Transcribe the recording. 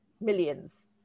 Millions